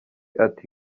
ati